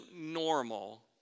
normal